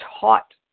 taught